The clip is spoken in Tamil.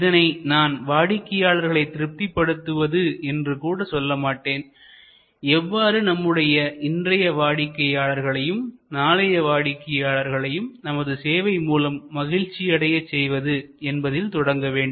இதனை நான் வாடிக்கையாளர்களை திருப்திபடுத்துவது என்று கூட சொல்லமாட்டேன் எவ்வாறு நம்முடைய இன்றைய வாடிக்கையாளர்களையும் நாளைய வாடிக்கையாளர்களையும் நமது சேவை மூலம் மகிழ்ச்சி அடையச் செய்வது என்பதில் தொடங்க வேண்டும்